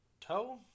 toe